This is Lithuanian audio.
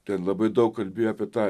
ten labai daug kalbėjo apie tą